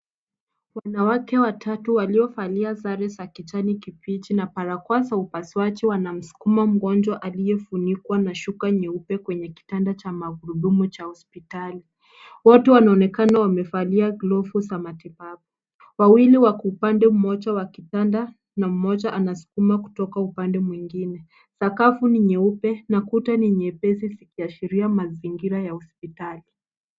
Wanawake watatu waliovalia sare za kijani kibichi na barakoa za upasuaji, wanamsukuma mgonjwa aliyefunikwa na shuka nyeupe kwenye kitanda cha magudumu cha hospitali. Wote wanaonekana wamevalia glavu za matibabu. Wawili wako upande mmoja wa kitanda and mmoja anasukuma kutoka upande mwingine. Sakafu ni nyeupe and kuta ni nyepesi zikiashiria mazingira ya hospitali.